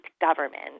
government